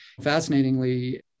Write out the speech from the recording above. Fascinatingly